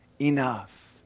enough